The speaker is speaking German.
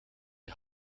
die